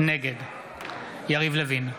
נגד יריב לוין,